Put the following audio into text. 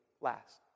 last